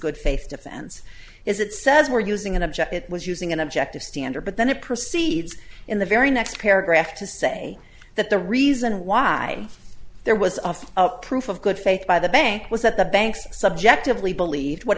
good faith defense is it says were using an object it was using an objective standard but then it proceeds in the very next paragraph to say that the reason why there was a proof of good faith by the bank was that the banks subjectively believed what